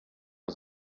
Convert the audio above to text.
was